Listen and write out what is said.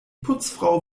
putzfrau